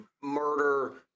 murder